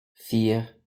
vier